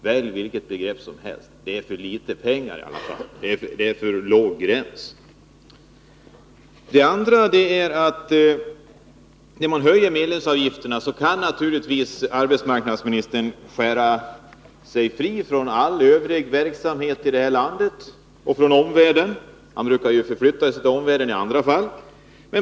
Välj vilket begrepp som helst — det är under alla förhållanden en för låg gräns. För det andra: När det gäller höjning av medlemsavgifter kan naturligtvis arbetsmarknadsministern svära sig fri från all övrig verksamhet i det här landet och från omvärlden — han brukar förflytta sig till omvärlden i andra fall.